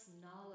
knowledge